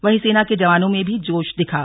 वहीं सेना के जवानों में भी जोश दिखा